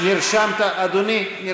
אדוני היושב-ראש, גם אני נרשמתי.